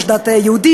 יש דת יהודית,